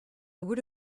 would